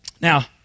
Now